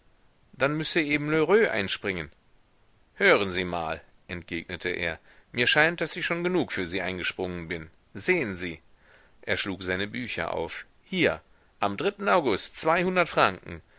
dann müsse eben lheureux einspringen hören sie mal entgegnete er mir scheint daß ich schon genug für sie eingesprungen bin sehen sie er schlug seine bücher auf hier am august zweihundert franken